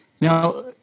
Now